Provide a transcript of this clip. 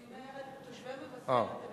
אני אומרת שתושבי מבשרת הם